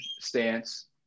stance